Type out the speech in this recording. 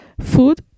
food